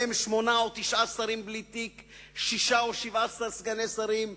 ומהם שמונה או תשעה שרים בלי תיק ושישה או שבעה סגני שרים,